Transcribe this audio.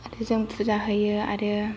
आरो जों फुजा होयो आरो